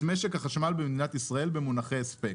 משק החשמל במדינת ישראל במונחי הספק.